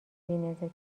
بینزاکتی